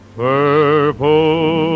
purple